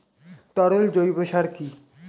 তরল জৈব সার কি?